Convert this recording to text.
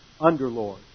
underlord